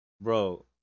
bro